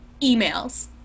Emails